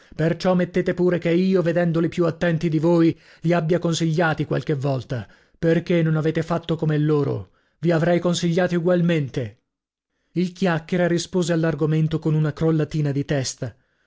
perciò mettete pure che io vedendoli più attenti di voi li abbia consigliati qualche volta perchè non avete fatto come loro vi avrei consigliati ugualmente il chiacchiera rispose all'argomento con una crollatina di testa